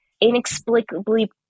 inexplicably